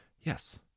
Yes